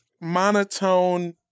monotone